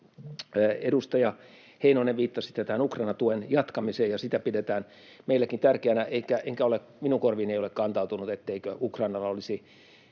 Edustaja Heinonen, viittasitte tämän Ukraina-tuen jatkamiseen, ja sitä pidetään meilläkin tärkeänä, eikä minun korviini ole kantautunut, ettei Ukrainalla olisi